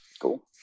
Cool